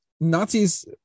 Nazis